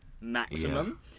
maximum